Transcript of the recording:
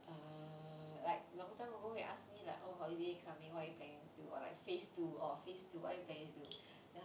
err like long time ago he ask me like oh holiday coming what are you planning to do or like phase two or phase two what are you planning to do